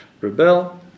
rebel